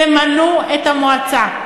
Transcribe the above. תמנו את המועצה.